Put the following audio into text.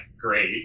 great